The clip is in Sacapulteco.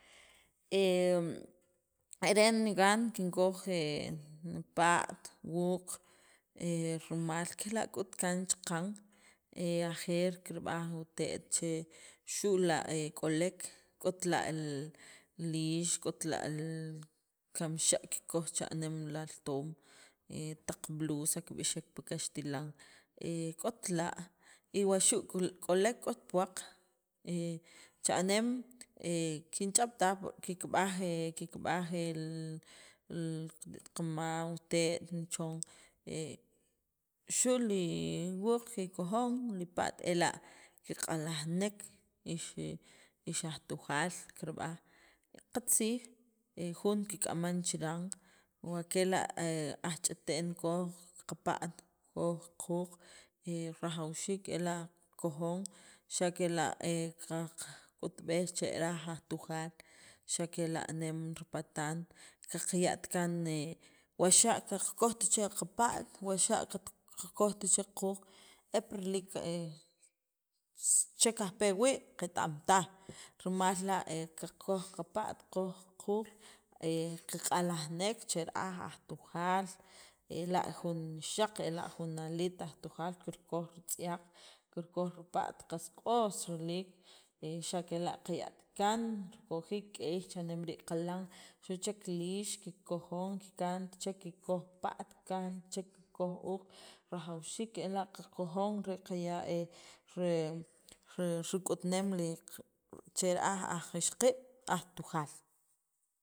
E reen niqaan kin kooj ni pa't wuuq' rimal kela' ku't kaan chakaan e ajeer kirb'an witeet' che xula k'olek k'ot la liix k'ot la lll kamxa kikooj chaneem la altoom taq blusa kib'ixeek pi kaxtilan k'ot la y wuxu' k'olek k'ot puwaq chaneem kin ch'abtaaj ki kib'aaj ki kib'aaj el qamaam qateet' ni choon xu' li wuuq' ki kojon li pa't ela' ki qalaj neek ixjaaj tujaal kirb'aaj katziij jun ki k'amaan chiran wa' kela' aj ch'ateen koj qa pa't koj q'uuq' y rajawxiik ela' qa kojon xa kela' ka ka k'utb'eek che aj ajtujaal xa kela' neem ripatan qa qayatikaan wa' xa qa qakoj ticheek ka pa't wa' qa koj ticheek q'uuq' e piriliik che kaaj pe wii' ketaam taaj rimal la qa k'oj qa pa't k'oj q'uuq' ke q'alajneek che rijaaj aj tujaal ela jun ixaq' jun aliit aj tujaal kirk'oj ritz'iaq kirk'oj ripa't qas q'os riliik xa kela' qa ya takaan rikojiik k'eey chaneem rii' qalan xu' chek liix kik'ojon kijaj tichek ki k'oj pa't kaj ticheek ko k'oj uuq' rajawxiik ela' qa kojon re kaya re re riq'ut neem cher aj aj ixq'iib' aj tujaal.